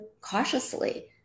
cautiously